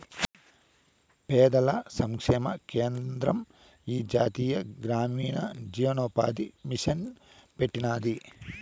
పేదల సంక్షేమ కేంద్రం ఈ జాతీయ గ్రామీణ జీవనోపాది మిసన్ పెట్టినాది